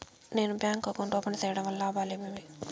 నేను bank account open సేయడం వల్ల లాభాలు ఏమేమి?